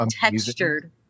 textured